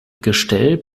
gestell